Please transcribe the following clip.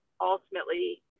ultimately